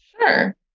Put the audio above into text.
Sure